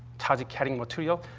charge-carrying material.